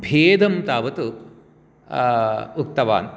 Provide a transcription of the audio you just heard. भेदं तावत् उक्तवान्